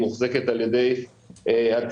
היא מוחזקת על ידי הציבור.